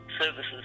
Services